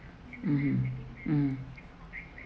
mmhmm mm